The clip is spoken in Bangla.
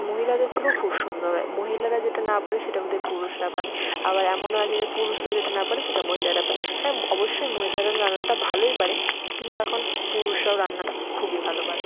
মহিলাদের থেকেও খুব সুন্দর হয় মহিলারা যেটা না পারে সেটা বোধহায় পুরুষরা পারে আবার এমনও আছে যে পুরুষরা যেটা না পারে সেটা মহিলারা পারে হ্যাঁ অবশ্যই মহিলারা রান্নাটা ভালোই পারে কিন্তু এখন পুরুষরাও রান্নাটা খুবই ভালো পারে